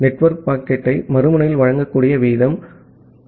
network பாக்கெட்டை மறுமுனையில் வழங்கக்கூடிய வீதம் ஆகும்